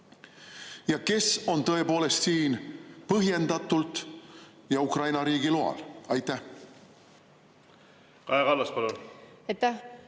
kes on tõepoolest siin põhjendatult ja Ukraina riigi loal. Aitäh,